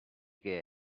che